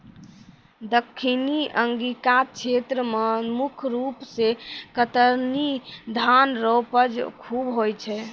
दक्खिनी अंगिका क्षेत्र मे मुख रूप से कतरनी धान रो उपज खूब होय छै